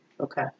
Okay